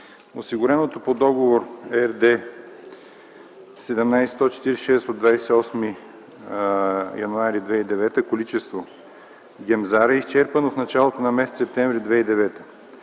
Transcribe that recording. Осигуреното по Договор РД 17-146 от 28 януари 2009 г. количество Гемзар е изчерпано в началото на м. септември 2009